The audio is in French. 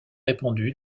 répandue